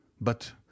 But